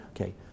okay